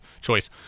choice